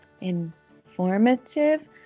informative